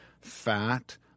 fat